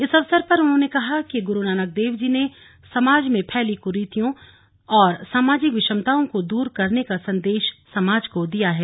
इस अवसर पर उन्होंने कहा कि गुरु नानक देव जी ने समाज में फैली कुरीतियों व सामाजिक विषमताओं को दूर करने का संदेश समाज को दिया है